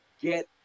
get